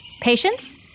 Patience